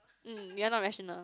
mm you're not rational